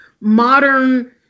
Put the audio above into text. modern